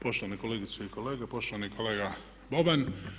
Poštovane kolegice i kolege, poštovani kolega Boban.